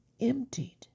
emptied